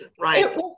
right